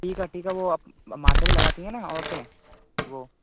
टीका टीका वह माथे पर लगाती हैं ना औरतें वह